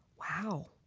wow.